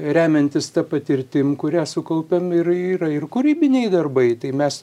remiantis ta patirtim kurią sukaupėm ir yra ir kūrybiniai darbai tai mes